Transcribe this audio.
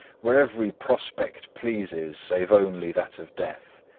where every prospect pleases, save only that of death.